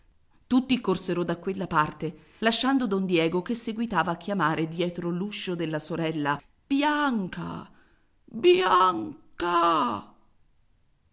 tutti corsero da quella parte lasciando don diego che seguitava a chiamare dietro l'uscio della sorella bianca bianca